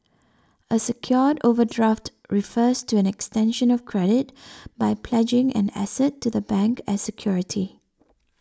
a secured overdraft refers to an extension of credit by pledging an asset to the bank as security